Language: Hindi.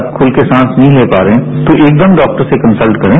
आप खुलकर सांस नहीं ले पा रहे हैं तो एकदम डॉक्टर से कंसल्ट करें